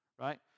right